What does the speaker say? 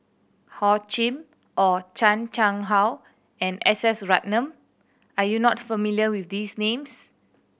Hor Chim Or Chan Chang How and S S Ratnam are you not familiar with these names